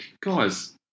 guys